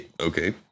Okay